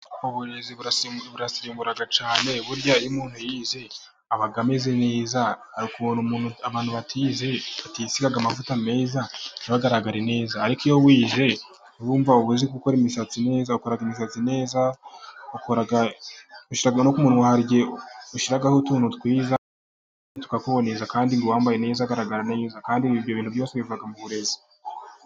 Uburezi busimbura cyane, burya iyo umuntu yize aba ameze neza. Hari ukuntu abantu batize batisiga amavuta meza ntibagaragare neza ariko iyo wize uba uzi gukora imisatsi neza, ukora akazi neza, ukoresha umuntu ushyiho utuntu twiza tukakuboneza kandi uba wambaye neza, agaragara neza kandi ibyo bintu byose biva mu uburezi.